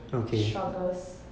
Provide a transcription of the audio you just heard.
struggles